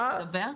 ניתן להם לדבר,